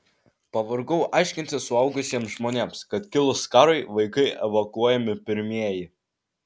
pavargau aiškinti suaugusiems žmonėms kad kilus karui vaikai evakuojami pirmieji